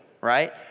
right